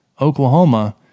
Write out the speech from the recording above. Oklahoma